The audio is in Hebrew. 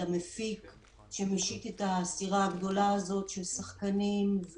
מפיק שמשיט את הסירה הגדולה הזאת של שחקנים,